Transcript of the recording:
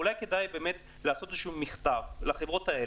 אולי כדאי להוציא איזה שהוא מכתב אזהרה